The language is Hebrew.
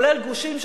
כולל גושים,